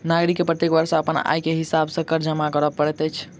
नागरिक के प्रत्येक वर्ष अपन आय के हिसाब सॅ कर जमा कर पड़ैत अछि